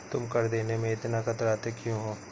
तुम कर देने में इतना कतराते क्यूँ हो?